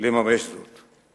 לממש זאת.